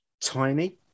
tiny